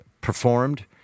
performed